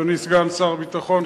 אדוני סגן שר הביטחון,